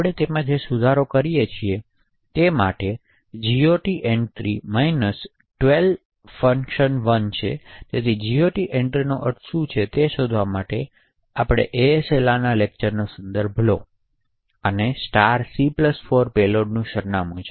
આપણે તેમાં જે સુધારો કરીએ છીએ તે માટે GOT એન્ટ્રી માઇનસ 12 fun1 છે તેથી GOT એન્ટ્રીનો અર્થ શું છે તે શોધવા માટે કૃપા કરીને ASLR લેક્ચર્સનો સંદર્ભ લો અને c 4 પેલોડનું સરનામું છે